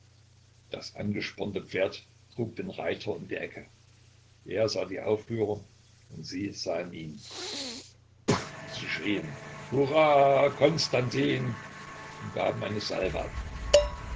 das angespornte pferd trug den reiter um die ecke er sah die aufrührer und sie sahen ihn sie schrien hurra konstantin und gaben eine salve ab